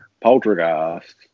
Poltergeist